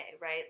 right